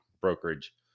brokerage